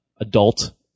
adult